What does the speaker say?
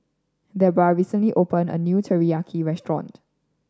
Debra recently opened a new Teriyaki Restaurant